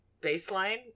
baseline